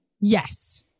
Yes